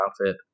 outfit